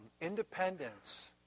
independence